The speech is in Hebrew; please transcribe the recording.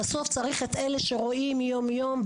בסוף צריך את אלה שרואים יום-יום.